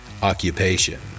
Occupation